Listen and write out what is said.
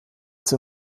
zur